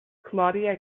claudia